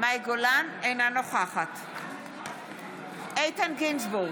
אינה נוכחת איתן גינזבורג,